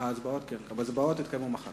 ההצבעות יתקיימו מחר.